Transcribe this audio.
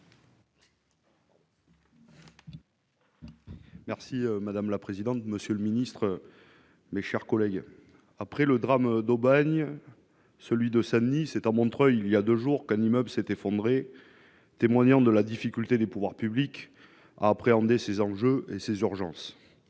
Merci madame la présidente, monsieur le ministre, mes chers collègues, après le drame d'Aubagne, celui de Saint-Denis 7 Montreuil, il y a 2 jours qu'un immeuble où s'est effondré, témoignant de la difficulté des pouvoirs publics à appréhender ses enjeux et ses urgences.